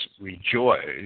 rejoice